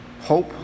hope